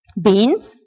beans